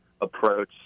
approach